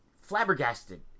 flabbergasted